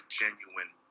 genuine